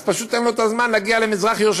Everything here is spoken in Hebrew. אז פשוט אין לו זמן להגיע למזרח-ירושלים.